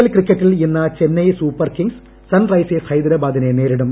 L ക്രിക്കറ്റിൽ ഇന്ന് Chennai Super Kings Sunrisers ഹൈദരാബാദിനെ നേരിടും